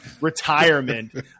retirement